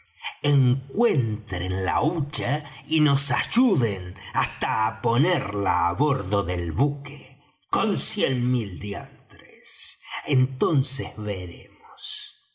encuentren la hucha y nos ayuden hasta á ponerla á bordo del buque con cien mil diantres entonces veremos